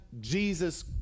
Jesus